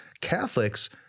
Catholics